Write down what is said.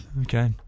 Okay